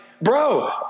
bro